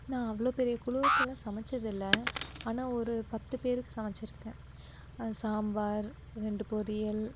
நான் அவ்வளோவு பெரிய குழுவுக்கெல்லாம் சமைச்சதில்ல ஆனால் ஒரு பத்து பேருக்கு சமைச்சிருக்கேன் அது சாம்பார் ரெண்டு பொரியல்